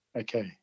Okay